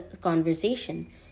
conversation